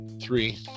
three